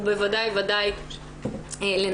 ובוודאי ובוודאי לנשים,